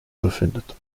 befindet